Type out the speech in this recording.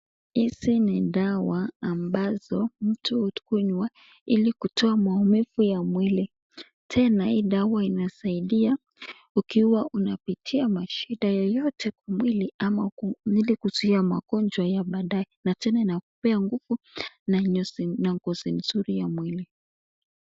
Hizi ni dawa ambazo mtu hukunywa ili kutoa maumivu ya mwili. Tena hii dawa inasaidia ukiwa unapitia mashida yeyote kwa mwili, ama Ili kuzuia Magonjwa ya baadaye. Na tena inakuoea nguvu na ngozi mzuri ya mwili.